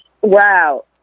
Wow